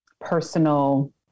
personal